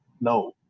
no